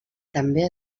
també